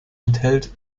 enthält